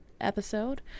episode